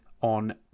on